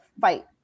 fight